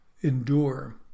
endure